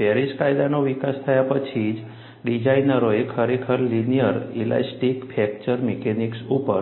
Paris કાયદાનો વિકસિત થયા પછી જ ડિઝાઇનરોએ ખરેખર લિનિયર ઇલાસ્ટિક ફ્રેક્ચર મિકેનિક્સ ઉપર